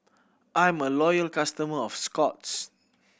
I'm a loyal customer of Scott's